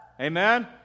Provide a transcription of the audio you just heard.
amen